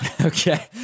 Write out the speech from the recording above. Okay